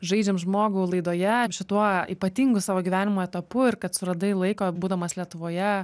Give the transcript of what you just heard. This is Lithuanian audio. žaidžiam žmogų laidoje šituo ypatingu savo gyvenimo etapu ir kad suradai laiko būdamas lietuvoje